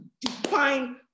define